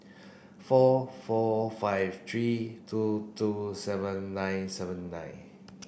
four four five three two two seven nine seven nine